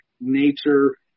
nature